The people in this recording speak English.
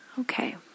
Okay